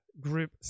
group